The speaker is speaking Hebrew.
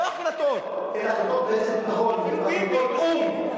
לא החלטות מועצת הביטחון ולא החלטות או"ם.